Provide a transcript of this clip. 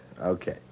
Okay